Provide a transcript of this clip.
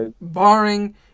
barring